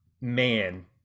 man